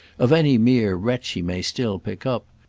of any mere wretch he may still pick up.